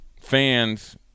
fans